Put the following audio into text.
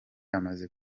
amaze